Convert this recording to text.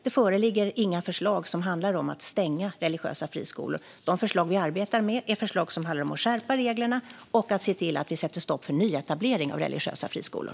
Det föreligger inga förslag som handlar om att stänga religiösa friskolor. De förslag vi arbetar med handlar om att skärpa reglerna och att se till att vi sätter stopp för nyetablering av religiösa friskolor.